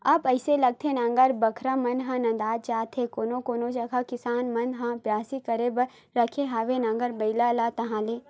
अब अइसे लागथे नांगर बखर मन ह नंदात जात हे कोनो कोनो जगा किसान मन ह बियासी करे बर राखे हवय नांगर बइला ला ताहले